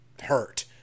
hurt